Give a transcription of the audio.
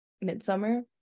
Midsummer